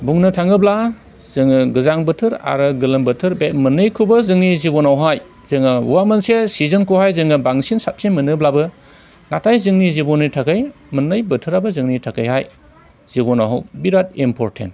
बुंनो थाङोब्ला जोङो गोजां बोथोर आरो गोलोम बोथोर बे मोननैखौबो जोंनि जिब'नावहाय जोंहा हौवा मानसिया सिजोनखौहाय जोङो बांसिन साबसिन मोनोब्लाबो नाथाय जोंनि जिब'ननि थाखाय मोननै बोथोराबो जोंनि थाखायहाय जिब'नाव बिराद इम्परटेन्ट